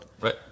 Right